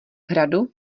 hradu